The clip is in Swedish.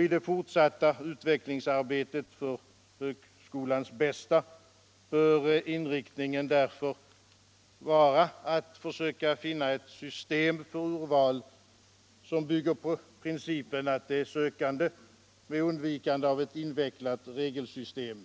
I det fortsatta utvecklingsarbetet för högskolans bästa bör inriktningen därför vara att försöka finna ett system för urval som bygger på principen att de sökande med undvikande av ett invecklat regelsystem